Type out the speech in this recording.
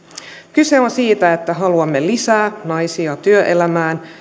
kyse on siitä että haluamme saada lisää naisia työelämään